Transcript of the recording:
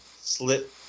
slit